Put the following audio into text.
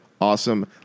awesome